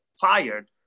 fired